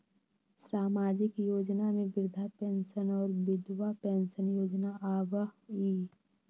सामाजिक योजना में वृद्धा पेंसन और विधवा पेंसन योजना आबह ई?